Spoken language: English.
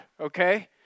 okay